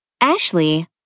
Ashley